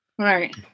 Right